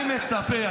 אני מצפה,